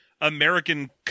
American